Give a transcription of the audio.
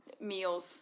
meals